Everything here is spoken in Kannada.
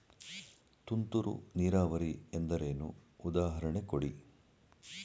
ತುಂತುರು ನೀರಾವರಿ ಎಂದರೇನು, ಉದಾಹರಣೆ ಕೊಡಿ?